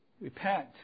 Repent